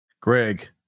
greg